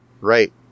Right